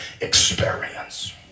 experience